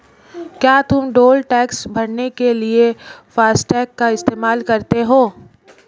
क्या तुम toll tax भरने के लिए फासटेग का इस्तेमाल करते हो?